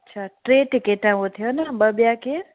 अच्छा टे टिकट उहा थियव ॿ ॿियां केर